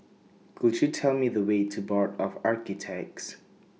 Could YOU Tell Me The Way to Board of Architects